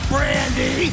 Brandy